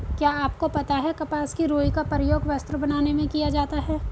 क्या आपको पता है कपास की रूई का प्रयोग वस्त्र बनाने में किया जाता है?